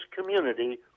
community